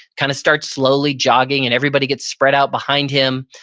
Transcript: kind of starts slowly jogging and everybody gets spread out behind him.